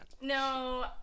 No